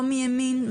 לא מימין,